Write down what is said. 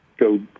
Go